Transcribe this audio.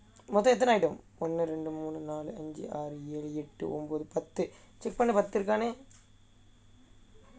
மொத்தம் எத்தனை ஆயிச்சு:mottham ethanai ayichu check பண்ணு பத்து தானே:pannu patthu thanae